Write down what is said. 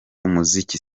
umuziki